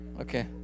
Okay